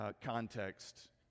context